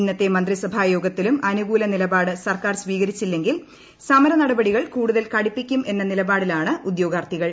ഇന്നത്തെ മന്ത്രിസഭാ യോഗത്തിലും അനുകൂല നിലപാട് സർക്കാർ സ്വീകരിച്ചില്ലെങ്കിൽ സമരനടപടികൾ കൂടുതൽ കടുപ്പിക്കും എന്ന നിലപാടിലാണ് ഉദ്യോഗാർത്ഥികൾ